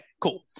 cool